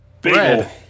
bread